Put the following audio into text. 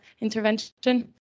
intervention